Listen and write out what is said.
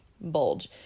bulge